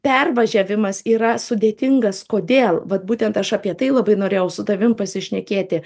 pervažiavimas yra sudėtingas kodėl vat būtent aš apie tai labai norėjau su tavim pasišnekėti